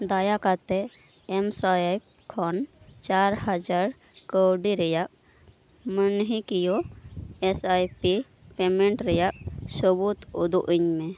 ᱫᱟᱭᱟ ᱠᱟᱛᱮᱫ ᱮᱢᱥᱳᱣᱟᱭᱤᱯ ᱠᱷᱚᱱ ᱪᱟᱨ ᱦᱟᱡᱟᱨ ᱠᱟᱣᱰᱤ ᱨᱮᱱᱟᱜ ᱢᱟᱹᱱᱦᱟᱹᱠᱤᱭᱟᱹ ᱮᱥ ᱟᱭ ᱯᱤ ᱯᱮᱢᱮᱱᱴ ᱨᱮᱱᱟᱜ ᱥᱟᱹᱵᱩᱫᱽ ᱩᱫᱩᱜ ᱟᱹᱧᱢᱮ